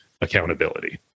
accountability